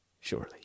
Surely